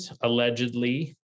allegedly